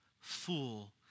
Fool